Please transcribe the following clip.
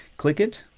click it.